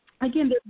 again